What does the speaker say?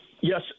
Yes